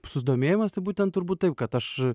susidomėjimas būtent turbūt taip kad aš